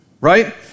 Right